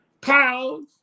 cows